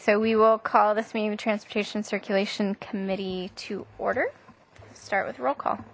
so we will call this media transportation circulation committee to order start with roll call